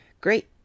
great